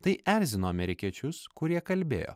tai erzino amerikiečius kurie kalbėjo